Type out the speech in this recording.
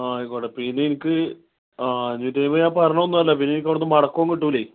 ആ ആയിക്കോട്ടെ പിന്നെ എനിക്ക് അഞ്ഞൂറ്റമ്പത് ഞാൻ പറഞ്ഞതൊന്നുമല്ല പിന്നെ എനിക്ക് ഇവിടുന്ന് മടക്കവും കിട്ടില്ലേ